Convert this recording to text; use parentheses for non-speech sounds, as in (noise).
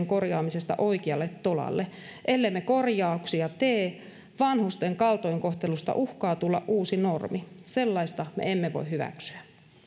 (unintelligible) korjaamisesta oikealle tolalle ellemme korjauksia tee vanhusten kaltoinkohtelusta uhkaa tulla uusi normi sellaista me emme voi hyväksyä